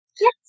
Yes